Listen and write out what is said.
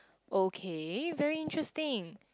okay very interesting